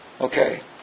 okay